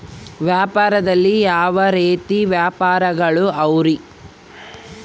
ವ್ಯಾಪಾರದಲ್ಲಿ ಯಾವ ರೇತಿ ವ್ಯಾಪಾರಗಳು ಅವರಿ?